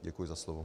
Děkuji za slovo.